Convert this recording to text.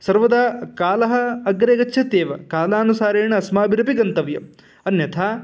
सर्वदा कालः अग्रे गच्छत्येव कालानुसारेणअस्माभिरपि गन्तव्यम् अन्यथा